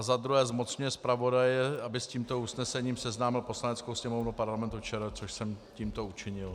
Za druhé zmocňuje zpravodaje, aby s tímto usnesením seznámil Poslaneckou sněmovnu Parlamentu ČR, což jsem tímto učinil.